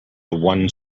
one